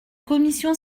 commission